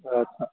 اچّھا